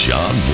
John